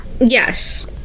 yes